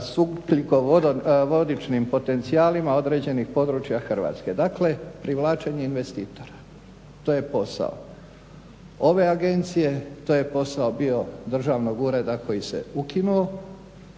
s ugljikovodičnim potencijalima određenih područja Hrvatske. Dakle, privlačenje investitora. To je posao ove agencije, to je posao bio Državnog ureda koji se ukinuo,